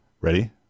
Ready